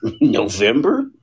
November